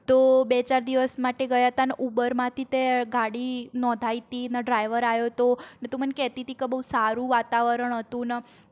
તો બે ચાર દિવસ માટે ગયા હતા અને ઉબરમાંથી તે ગાડી નોંધાવી હતી ને ડ્રાઈવર આવ્યો તો ને તું મને કહેતી હતી કે બહુ સારું વાતાવરણ હતું ને